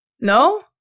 No